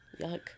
Yuck